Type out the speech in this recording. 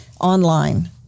online